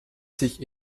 sich